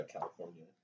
California